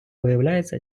виявляється